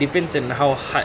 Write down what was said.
depends on hard